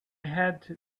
had